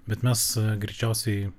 bet mes greičiausiai